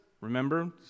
Remember